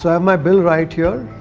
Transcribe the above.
so have my bill right here.